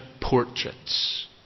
portraits